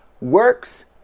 works